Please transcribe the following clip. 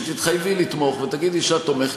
כשתתחייבי לתמוך וכשתגידי שאת תומכת,